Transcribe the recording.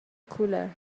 cooler